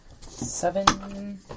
Seven